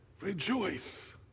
Rejoice